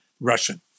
Russian